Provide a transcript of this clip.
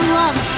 love